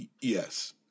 Yes